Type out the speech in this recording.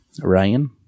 ryan